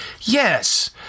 Yes